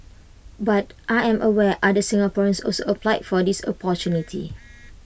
but I am aware other Singaporeans also applied for this opportunity